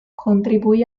contribuì